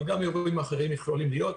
אבל גם אירועים אחרים יכולים להיות.